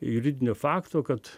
juridinio fakto kad